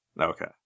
Okay